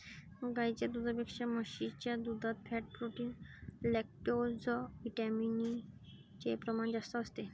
गाईच्या दुधापेक्षा म्हशीच्या दुधात फॅट, प्रोटीन, लैक्टोजविटामिन चे प्रमाण जास्त असते